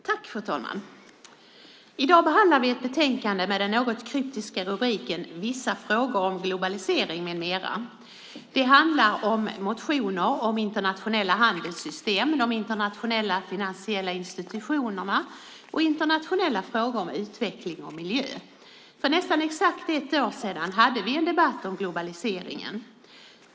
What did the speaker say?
Fru talman! I dag behandlar vi ett betänkande med den något kryptiska rubriken Vissa frågor om globalisering m.m. . Det handlar om motioner om internationella handelssystem, de internationella finansiella institutionerna och internationella frågor om utveckling och miljö. För nästan exakt ett år sedan hade vi en debatt om globaliseringen.